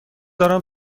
دارم